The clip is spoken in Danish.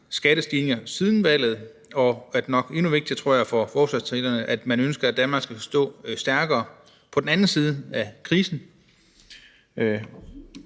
skattestigninger siden valget, og det er nok endnu vigtigere for forslagsstillerne, tror jeg, at man ønsker, at Danmark skal stå stærkere på den anden side af krisen.